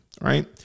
right